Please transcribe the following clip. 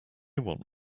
want